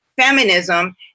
feminism